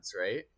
right